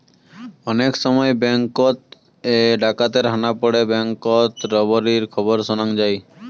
অনেক সময় ব্যাঙ্ককোত এ ডাকাতের হানা পড়ে ব্যাঙ্ককোত রোবেরির খবর শোনাং যাই